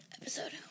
episode